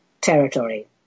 territory